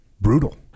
Brutal